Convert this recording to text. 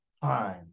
fine